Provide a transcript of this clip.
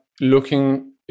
looking